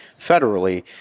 federally